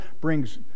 brings